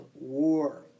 war